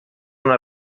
una